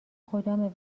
خدامه